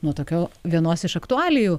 nuo tokio vienos iš aktualijų